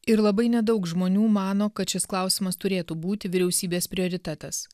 ir labai nedaug žmonių mano kad šis klausimas turėtų būti vyriausybės prioritetas